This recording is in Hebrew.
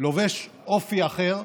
לובש אופי אחר,